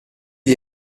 gli